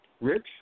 Rich